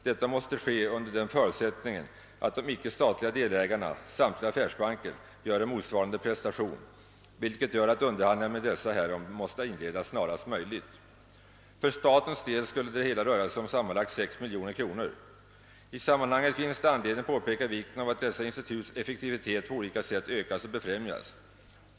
Detta måste givetvis ske under den förutsättningen att de icke statliga delägarna — samtliga affärsbanker — gör en motsvarande prestation, vilket gör att underhandlingar med dessa härom måste inledas snarast möjligt. För statens del skulle det hela röra sig om sammanlagt 6 miljoner kronor. I sammanhanget finns det anledning påpeka vikten av att dessa instituts effektivitet på olika sätt ökas och befrämjas.